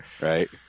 Right